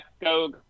go